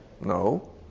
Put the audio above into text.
No